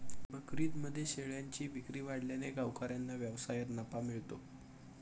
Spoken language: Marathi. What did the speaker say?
बकरीदमध्ये शेळ्यांची विक्री वाढल्याने गावकऱ्यांना व्यवसायात नफा मिळतो